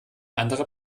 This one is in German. andere